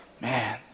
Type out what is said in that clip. man